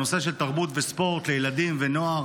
הנושא של תרבות וספורט לילדים ונוער